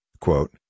quote